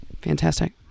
Fantastic